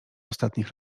ostatnich